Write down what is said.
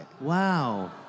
Wow